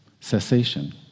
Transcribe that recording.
cessation